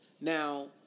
Now